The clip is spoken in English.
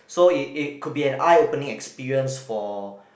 so it it could be an eye opening experience for